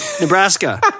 Nebraska